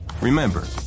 remember